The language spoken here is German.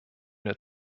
der